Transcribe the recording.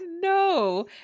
No